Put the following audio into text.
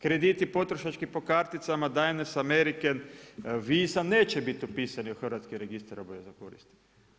Krediti potrošački po karticama, Diners, American, Visa neće biti upisan u Hrvatski registar obaveza koristi.